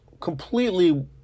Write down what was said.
completely